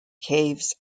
caves